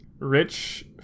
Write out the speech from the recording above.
Rich